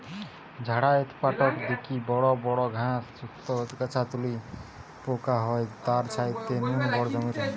ঝাড়াই উৎপাটক দিকি বড় বড় ঘাস, শক্ত আগাছা তুলি পোকা হয় তার ছাইতে নু বড় জমিরে